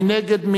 מי נגד?